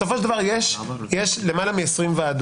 בסופו של דבר יש יותר מ-20 ועדות.